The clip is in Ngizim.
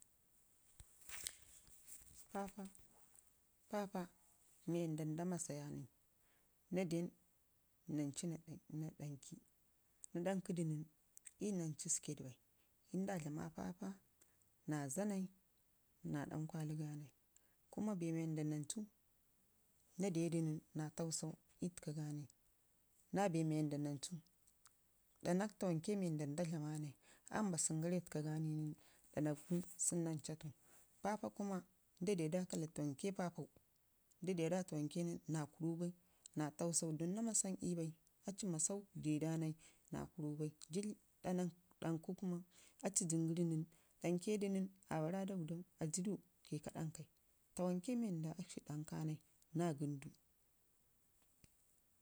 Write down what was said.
Pappa mii waarra nda masaya nai na don nancuu naa danki, na danki du nən, nancuu sikket bai in nda dlama, Pappa na zanai na dan, kwali ganai kuma bee wanda nancuu na dedu nən na taksau ii taka ganai na bee wanda nancuu ɗanak tawanke mii wanda aa mbasən gara ii təka ga nən danakgu sunu namcatu. pappa kuma nda deda tawanke nən, na tagsau na kurru bai na tagsau don na mase nən 'yu bai aecii masau deda nai na ƙurru bai, yək ɗanakə du nən na ƙurru bai taw anke mil accii danke da nən, na kurru ɓai na gən du.